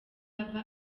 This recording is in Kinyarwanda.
ava